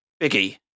Biggie